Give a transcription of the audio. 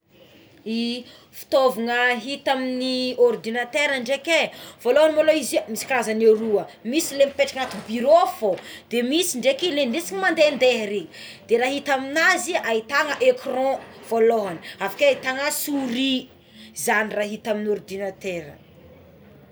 I fitaovana hita amign'ny ordinatera ndreky é voalohagny mo loa izy misy karazany aroa misy le mipetraka anaty biro fô de misy dreky le ndesigna mandehandeha regny de raha hita amin'azy ahitana ecran voalohagny, avekeo ahitana sourie, zagny raha hita amign'ny ordinatera.